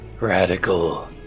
Radical